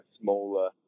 smaller